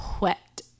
wet